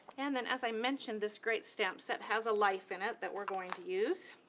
and then, as i mentioned, this great stamp set has a life in it that we're going to use,